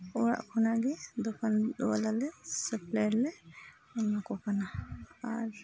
ᱚᱲᱟᱜ ᱠᱷᱚᱱᱟᱜᱮ ᱫᱚᱠᱟᱱ ᱚᱞᱟᱞᱟᱞᱮ ᱥᱟᱯᱞᱟᱭ ᱟᱞᱮ ᱮᱢᱟ ᱠᱚ ᱠᱟᱱᱟ ᱟᱨ